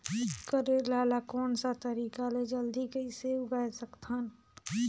करेला ला कोन सा तरीका ले जल्दी कइसे उगाय सकथन?